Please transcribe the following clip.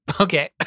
Okay